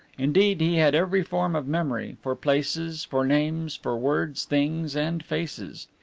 indeed, he had every form of memory for places, for names, for words, things, and faces.